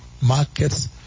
markets